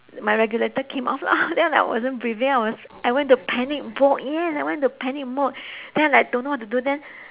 my regulator came off lah and like I wasn't breathing I was I went to panic mode yes I went to panic mode then I don't know what to do then